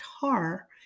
tar